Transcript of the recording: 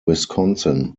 wisconsin